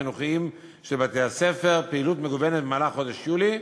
החינוכיים של בתי-הספר פעילות מגוונת במהלך חודש יולי,